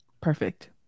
Perfect